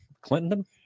Clinton